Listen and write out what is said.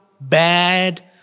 bad